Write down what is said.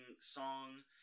song